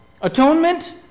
Atonement